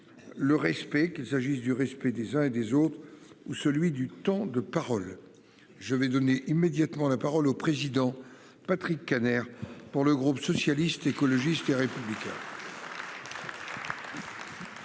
Le respect qu'il s'agisse du respect des uns et des autres ou celui du temps de parole. Je vais donner immédiatement la parole au président Patrick Kanner pour le groupe socialiste, écologiste et républicain.